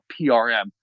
PRM